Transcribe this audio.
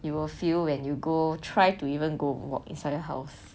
you will feel when you go try to even go walk inside your house